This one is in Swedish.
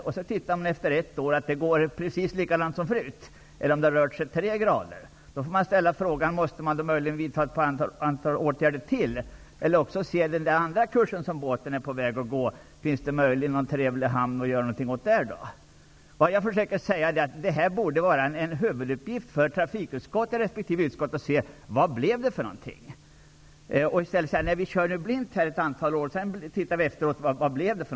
Efter ett år ser vi att det följer precis samma kurs som förut, eller att kursen kanske har ändrats med 3 grader. Då får man ställa frågan om det är nödvändigt att vidta ytterligare åtgärder. Eller också kan man se om fartyget möjligen kommer till någon trevlig hamn om det fortsätter att följa samma kurs. Vad jag försöker säga är att det borde vara en huvuduppgift för resp. utskott -- i det här fallet trafikutskottet -- att se vad det blir av besluten. I stället säger man: Vi kör på blint ett antal år innan vi ser efter hur det blir.